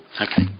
okay